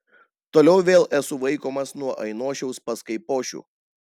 toliau vėl esu vaikomas nuo ainošiaus pas kaipošių